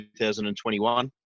2021